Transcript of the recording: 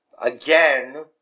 Again